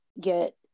get